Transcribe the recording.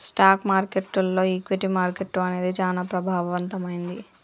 stock మార్కెట్టులో equity market అనేది చానా ప్రభావవంతమైంది